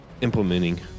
implementing